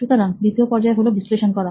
সুতরাং দ্বিতীয় পর্যায় হলো বিশ্লেষণ করা